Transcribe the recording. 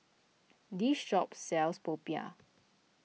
this shop sells popiah